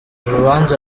urubanza